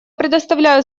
предоставляю